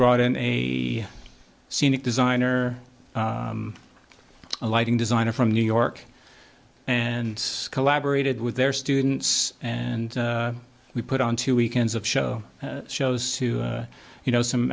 brought in a scenic designer a lighting designer from new york and collaborated with their students and we put on two weekends of show shows to you know some